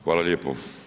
Hvala lijepo.